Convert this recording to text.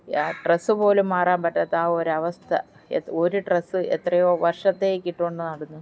ആ ഡ്രെസ്സുപോലും മാറാൻ പറ്റാത്ത ആ ഒരു അവസ്ഥ ഒരു ഡ്രസ്സ് എത്രയോ വർഷത്തേക്ക് ഇട്ടുകൊണ്ട് നടന്നു